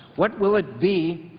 what will it be,